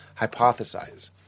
hypothesize